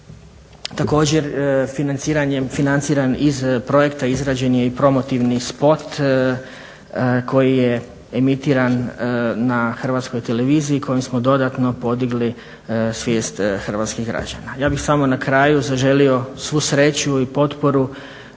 Također financiran iz projekta izrađen je i promotivni spot koji je emitiran na HRT-u kojim smo dodatno podigli svijest hrvatskih građana. Ja bih samo na kraju zaželi svu sreću i potporu